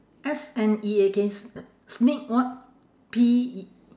S N E A K sneak what P E